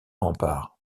rempart